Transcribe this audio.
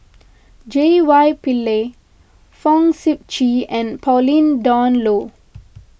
J Y Pillay Fong Sip Chee and Pauline Dawn Loh